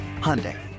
Hyundai